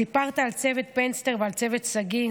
סיפרת על צוות פנסטר ועל צוות שגיא,